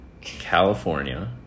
California